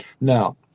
Now